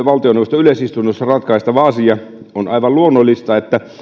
valtioneuvoston yleisistunnossa ratkaistava asia on aivan luonnollista että